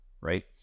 right